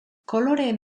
koloreen